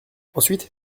ensuite